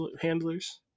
handlers